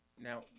now